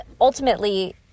ultimately